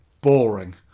boring